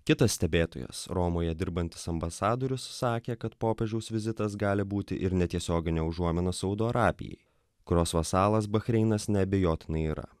kitas stebėtojas romoje dirbantis ambasadorius sakė kad popiežiaus vizitas gali būti ir netiesioginė užuomina saudo arabijai kurios vasalas bahreinas neabejotinai yra